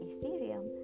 Ethereum